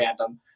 fandom